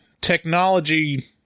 technology